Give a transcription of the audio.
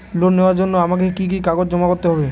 Loan নেওয়ার জন্য আমাকে কি কি কাগজ জমা করতে হবে?